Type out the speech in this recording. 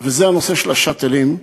זה הנושא של ה"שאטלים"